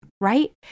right